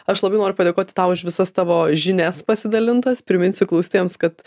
aš labai noriu padėkoti tau už visas tavo žinias pasidalintas priminsiu klausytojams kad